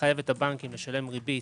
לחייב את הבנקים לשלם ריבית